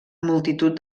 multitud